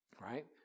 right